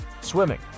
Swimming